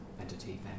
entity